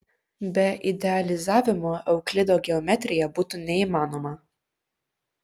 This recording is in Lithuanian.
be idealizavimo euklido geometrija būtų neįmanoma